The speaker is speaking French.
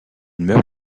meurt